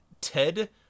Ted